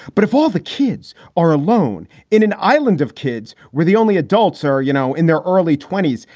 but if all the kids are alone in an island of kids were the only adults or, you know, in their early twenty s,